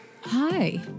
hi